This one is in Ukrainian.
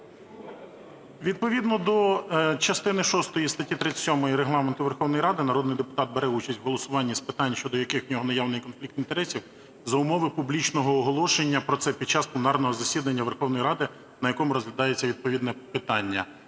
Відповідно до частини шостої статті 37 Регламенту Верховної Ради народний депутат бере участь у голосуванні з питань, щодо яких у нього наявний конфлікт інтересів за умови публічного оголошення про це під час пленарного засідання Верховної Ради, на якому розглядається відповідне питання.